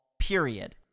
period